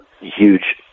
huge